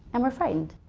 and we're frightened.